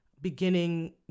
beginning